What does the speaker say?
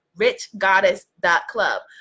richgoddess.club